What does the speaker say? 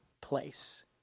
place